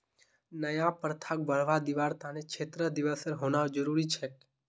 नया प्रथाक बढ़वा दीबार त न क्षेत्र दिवसेर होना जरूरी छोक